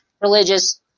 religious